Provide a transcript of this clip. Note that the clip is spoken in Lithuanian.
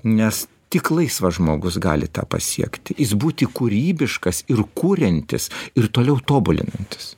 nes tik laisvas žmogus gali tą pasiekti jis būti kūrybiškas ir kuriantis ir toliau tobulinantis